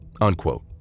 unquote